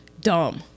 dumb